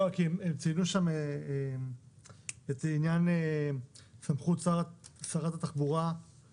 לא כי ציינו שם איזה עניין סמכות שרת התחבורה,